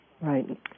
Right